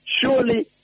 surely